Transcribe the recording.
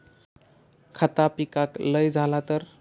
खता पिकाक लय झाला तर?